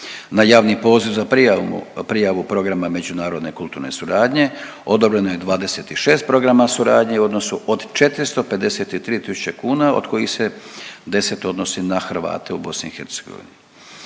Na javni poziv za prijamu, prijavu programa međunarodne kulturne suradnje odobreno je 26 programa suradnje u odnosu od 453 tisuće kuna od kojih se 10 odnosi na Hrvate u BiH.